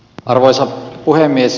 arvoisa puhemies